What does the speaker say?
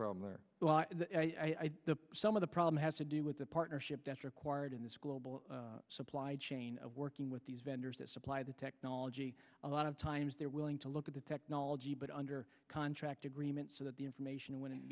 problem there the some of the problem has to do with the partnership that's required in this global supply chain of working with these vendors that supply the technology a lot of times they're willing to look at the technology but under contract agreement so that the information wouldn't